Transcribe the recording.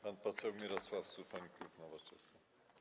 Pan poseł Mirosław Suchoń, klub Nowoczesna.